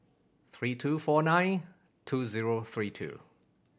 three two four nine two zero three two